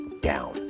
down